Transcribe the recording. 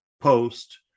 post